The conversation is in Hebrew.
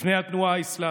בפני התנועה האסלאמית.